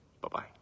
Bye-bye